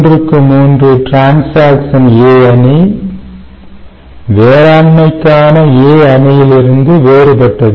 3 x 3 transaction A அணி வேளாண்மைக்கான A அணியிலிருந்து வேறுபட்டது